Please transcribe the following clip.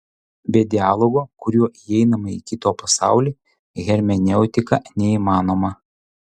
be dialogo kuriuo įeinama į kito pasaulį hermeneutika neįmanoma